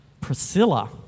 Priscilla